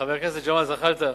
חבר הכנסת ג'מאל זחאלקה,